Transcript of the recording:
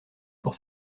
pour